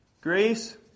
grace